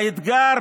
האתגר